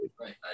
Right